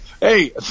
Hey